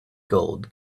gold